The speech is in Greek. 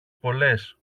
πολλές